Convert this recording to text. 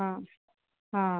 ହଁ ହଁ